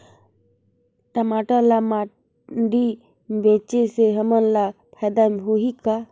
टमाटर ला मंडी मे बेचे से हमन ला फायदा होही का?